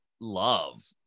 love